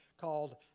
called